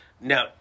Now